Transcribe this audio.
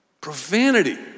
Profanity